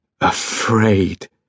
Afraid